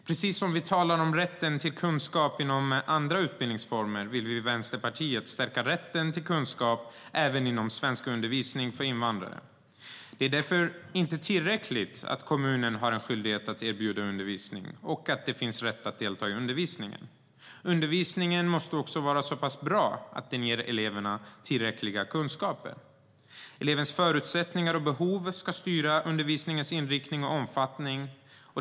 Precis som vi talar om rätten till kunskap inom andra utbildningsformer vill vi i Vänsterpartiet stärka rätten till kunskap även inom svenskundervisning för invandrare. Det är därför inte tillräckligt att kommunen har en skyldighet att erbjuda undervisning och att det finns en rätt att delta i undervisningen. Undervisningen måste också vara så pass bra att den ger eleverna tillräckliga kunskaper. Elevens förutsättningar och behov ska styra undervisningens inriktning och omfattning.